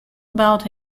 about